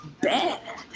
bad